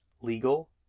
legal